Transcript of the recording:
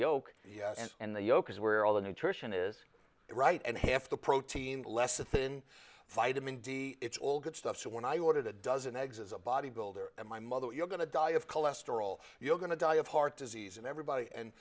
yolk and the yolk is where all the nutrition is right and half the protein lecithin vitamin d it's all good stuff so when i ordered a dozen eggs as a bodybuilder and my mother you're going to die of cholesterol you're going to die of heart disease and everybody and